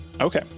Okay